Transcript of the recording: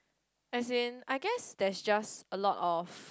as in I guess there just a lot of